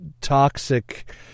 toxic